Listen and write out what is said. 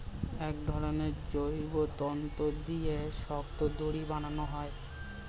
এক ধরনের জৈব তন্তু দিয়ে শক্ত দড়ি বানানো হয়